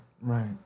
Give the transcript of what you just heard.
Right